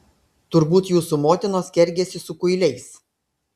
turbūt jūsų motinos kergėsi su kuiliais